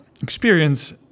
experience